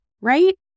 right